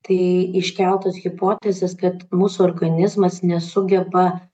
tai iškeltos hipotezės kad mūsų organizmas nesugeba